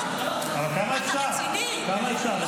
אבל כמה אפשר?